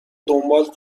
دنبال